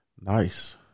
Nice